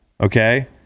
okay